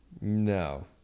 No